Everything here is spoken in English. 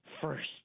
first